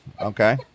okay